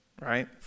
right